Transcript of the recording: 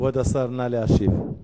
כבוד השר, נא להשיב.